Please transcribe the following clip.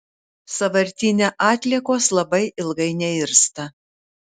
sąvartyne atliekos labai ilgai neirsta